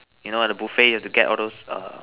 you know at a buffet you have to get all those err